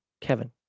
Kevin